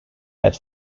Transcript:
had